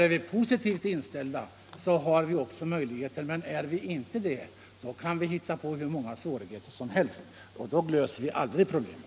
Är vi positivt inställda har vi också möjligheter — men är vi inte det kan vi hitta på hur många svårigheter som helst, och då löser vi aldrig problemen.